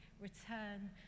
return